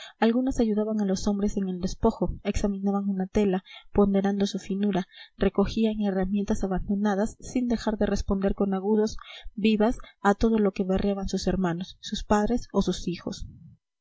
algunas ayudaban a los hombres en el despojo examinaban una tela ponderando su finura recogían herramientas abandonadas sin dejar de responder con agudos vivas a todo lo que berreaban sus hermanos sus padres o sus hijos